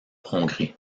hongrie